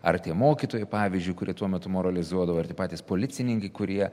ar tie mokytojai pavyzdžiui kurie tuo metu moralizuodavo ir tie patys policininkai kurie